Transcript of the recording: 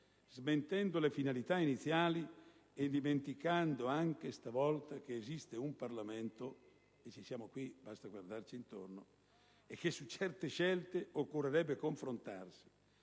smentendo le finalità iniziali e dimenticando anche stavolta che esiste un Parlamento - siamo qui, basta guardarsi intorno - e che su certe scelte occorrerebbe confrontarsi.